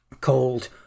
called